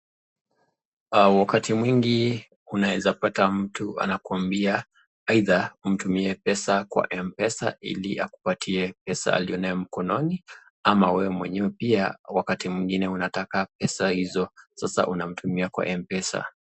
Wakati mwingi unaweza pata mtu anakuambia aidha, umtumie pesa kwa mpesa ili akupatie pesa aliyo nayo mkononi, ama wewe mwenyewe pia wakati mwingine unataka pesa hizo ,sasa unamtumia kwa mpesa.